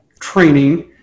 training